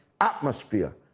atmosphere